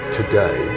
today